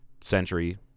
century